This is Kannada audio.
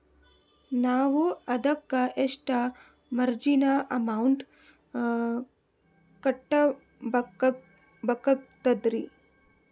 ನಾವು ಅದಕ್ಕ ಎಷ್ಟ ಮಾರ್ಜಿನ ಅಮೌಂಟ್ ಕಟ್ಟಬಕಾಗ್ತದ್ರಿ?